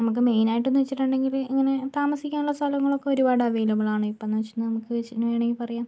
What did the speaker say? നമുക്ക് മെയിനായിട്ടെന്ന് വെച്ചിട്ടുണ്ടെങ്കിൽ ഇങ്ങനെ താമസിക്കാനുള്ള സ്ഥലങ്ങളൊക്കെ ഒരുപാട് അവൈലബിൾ ആണ് ഇപ്പം എന്നു വെച്ചിട്ടുണ്ടെങ്കിൽ നമുക്ക് വെച്ചിട്ടുണ്ട് വേണമെങ്കിൽ പറയാം